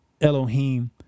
Elohim